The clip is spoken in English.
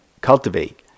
cultivate